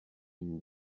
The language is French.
une